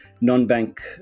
non-bank